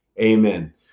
amen